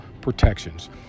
protections